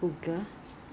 err yeah